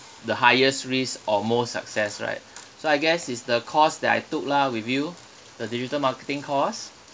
the highest risk or most success right so I guess it's the course that I took lah with you the digital marketing course